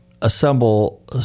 assemble